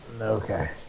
Okay